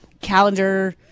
calendar